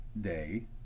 Day